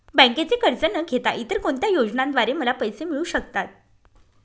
बँकेचे कर्ज न घेता इतर कोणत्या योजनांद्वारे मला पैसे मिळू शकतात?